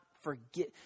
forget